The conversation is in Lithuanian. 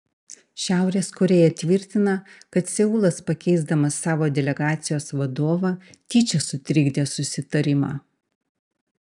šiaurės korėja tvirtina kad seulas pakeisdamas savo delegacijos vadovą tyčia sutrikdė susitarimą